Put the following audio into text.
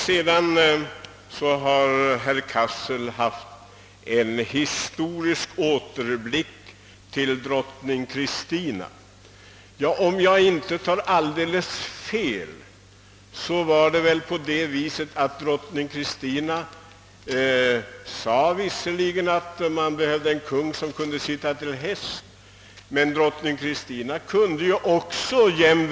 Herr Cassel gjorde en historisk återblick till drottning Kristina. Om jag inte tar alldeles fel, så sade drottning Kristina visserligen att det behövdes en kung som kunde sitta till häst, men den konsten kunde ju hon också.